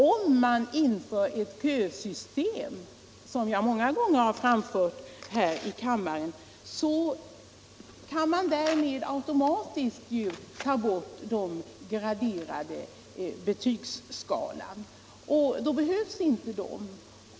Om man inför ett kösystem, som jag många gånger föreslagit här i kammaren, kan man automatiskt ta bort den graderade betygsskalan. Då behövs inte den.